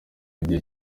igihe